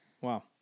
Wow